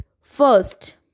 first